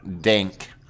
dink